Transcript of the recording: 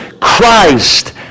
Christ